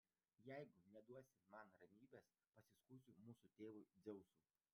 jeigu neduosi man ramybės pasiskųsiu mūsų tėvui dzeusui